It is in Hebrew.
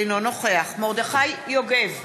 אינו נוכח מרדכי יוגב,